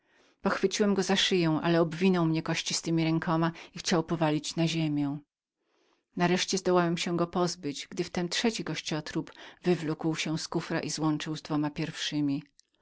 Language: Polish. pochwyciłem go za szyję on obwinął mnie kościstemi rękoma i chciał powalić na ziemię nareszcie zdołałem go się pozbyć ale tu trzeci kościotrup wywlókł się z kufra i złączył z dwoma pierwszemi